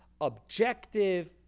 objective